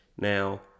now